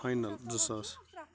final زٕ ساس